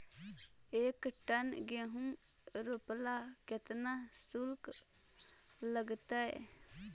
एक टन गेहूं रोपेला केतना शुल्क लगतई?